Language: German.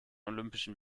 olympischen